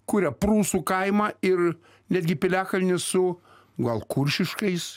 kuria prūsų kaimą ir netgi piliakalnį su gal kuršiškais